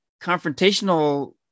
confrontational